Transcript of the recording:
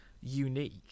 unique